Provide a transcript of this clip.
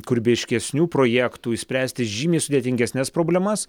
kūrybiškesnių projektų išspręsti žymiai sudėtingesnes problemas